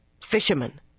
Fisherman